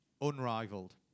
Unrivaled